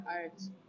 arts